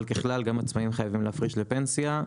אבל ככלל, גם עצמאים חייבים להפריש לפנסיה.